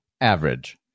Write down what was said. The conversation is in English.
average